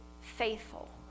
faithful